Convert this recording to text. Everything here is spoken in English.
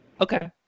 Okay